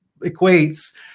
equates